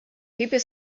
people